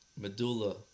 medulla